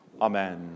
Amen